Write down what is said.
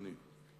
אדוני.